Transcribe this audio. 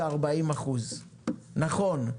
נכון,